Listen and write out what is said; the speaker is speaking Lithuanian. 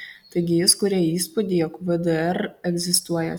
taigi jis kuria įspūdį jog vdr egzistuoja